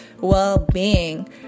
well-being